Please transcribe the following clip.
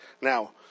Now